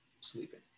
sleeping